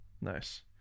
Nice